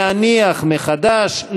להניח מחדש,